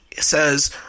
says